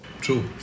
True